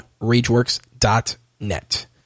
RageWorks.net